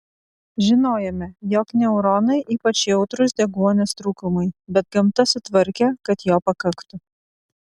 žinojome jog neuronai ypač jautrūs deguonies trūkumui bet gamta sutvarkė kad jo pakaktų